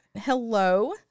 Hello